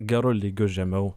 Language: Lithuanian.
geru lygiu žemiau